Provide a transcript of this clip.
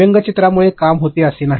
व्यंगचित्रा मुळे काम होते असे नाही